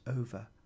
over